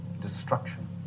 destruction